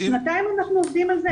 שנתיים אנחנו עובדים על זה,